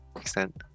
extent